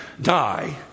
die